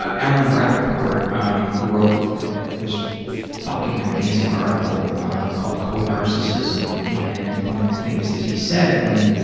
ah alan rappaport um wrote this fucking amazing article called conarcissism and one of the things that he said in